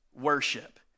worship